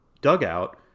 dugout